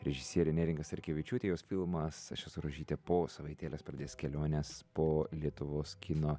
režisierė neringa starkevičiūtė jos filmas aš esu rožytė po savaitėlės pradės keliones po lietuvos kino